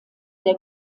der